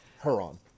Heron